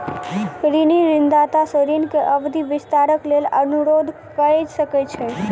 ऋणी ऋणदाता सॅ ऋण के अवधि विस्तारक लेल अनुरोध कय सकै छै